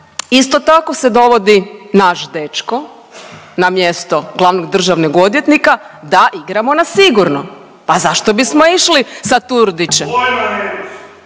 isto tako se dovodi naš dečko na mjesto glavnog državnog odvjetnika da igramo na sigurno pa zašto bismo išli sa Turudićem.